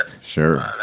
Sure